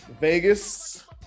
Vegas